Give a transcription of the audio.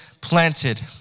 planted